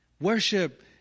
Worship